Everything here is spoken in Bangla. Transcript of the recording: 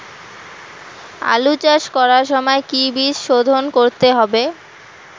আলু চাষ করার সময় কি বীজ শোধন করতে হবে?